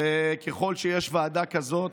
וככל שיש ועדה כזאת,